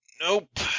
Nope